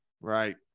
Right